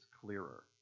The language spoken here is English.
clearer